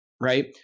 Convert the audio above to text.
right